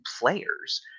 players